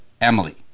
Emily